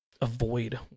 avoid